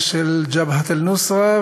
ושל "ג'בהת א-נוסרה",